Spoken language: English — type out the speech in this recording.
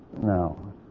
No